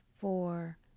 four